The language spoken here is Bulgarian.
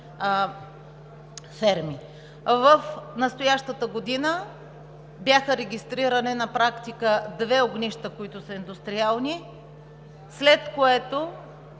ферми. В настоящата година бяха регистрирани на практика две огнища, които са индустриални, след което